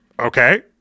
Okay